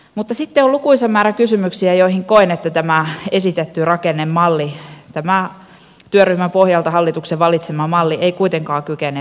mutta sitten on lukuisa määrä kysymyksiä joihin koen että tämä esitetty rakennemalli tämä työryhmän pohjalta hallituksen valitsema malli ei kuitenkaan kykene vastaamaan